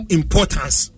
importance